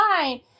fine